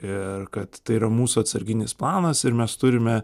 ir kad tai yra mūsų atsarginis planas ir mes turime